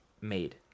made